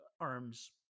arm's